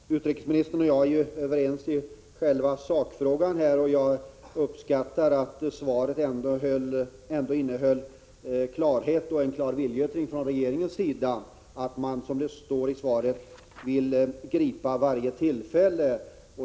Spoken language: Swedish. Herr talman! Utrikesministern och jag är överens i själva sakfrågan, och jag uppskattar att svaret innehöll en klar viljeyttring från regeringens sida att man vill gripa varje tillfälle.